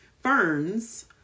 ferns